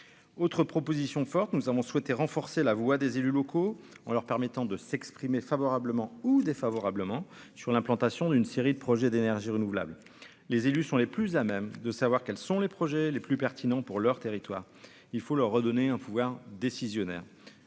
autre proposition forte, nous avons souhaité renforcer la voix des élus locaux, leur permettant de s'exprimer favorablement ou défavorablement sur l'implantation d'une série de projets d'énergies renouvelables, les élus sont les plus à même de savoir quels sont les projets les plus pertinents pour leur territoire, il faut leur redonner un pouvoir décisionnaire,